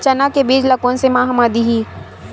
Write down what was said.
चना के बीज ल कोन से माह म दीही?